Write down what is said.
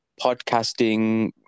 podcasting